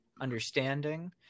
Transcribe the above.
understanding